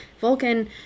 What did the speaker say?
Vulcan